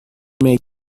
make